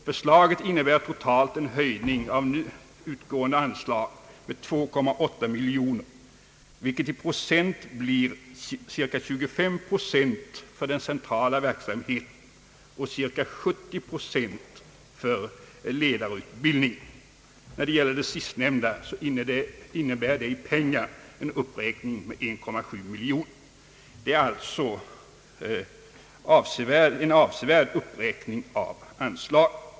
Förslaget innebär totalt en höjning av nu utgående anslag med 2,8 miljoner kronor, vilket blir en höjning med ca 25 procent för den centrala verksamheten och ca 70 procent för ledarutbildningen. Den sistnämnda siffran innebär i pengar en uppräkning med 1,7 miljon; det är alltså en avsevärd uppräkning av anslaget.